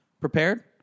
prepared